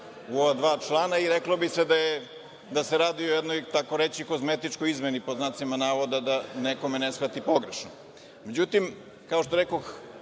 u ova dva člana. Reklo bi se da se radi o jednoj takoreći kozmetičkoj izmeni, pod znacima navoda, da me neko ne shvati pogrešno.Međutim, kao što rekoh,